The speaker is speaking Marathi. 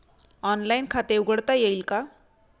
ऑनलाइन खाते उघडता येईल का?